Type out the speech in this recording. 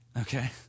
Okay